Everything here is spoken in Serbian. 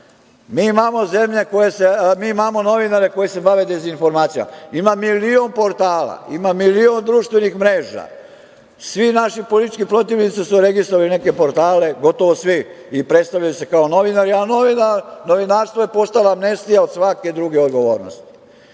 Mi imamo novinare koji se bave dezinformacijama, ima milion portala, imala milion društvenih mreža, svi naši politički protivnici su registrovali neke portale, gotovo svi, i predstavljaju se kao novinari, a novinarstvo je postala amnestija od svake druge odgovornosti. Mi